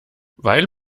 weil